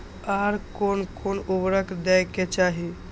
आर कोन कोन उर्वरक दै के चाही?